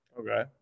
Okay